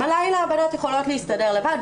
בלילה הבנות יכולות להסתדר לבד,